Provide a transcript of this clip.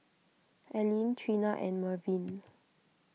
Aleen Trina and Mervin